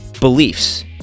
beliefs